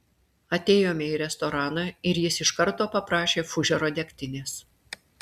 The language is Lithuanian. atėjome į restoraną ir jis iš karto paprašė fužero degtinės